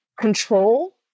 control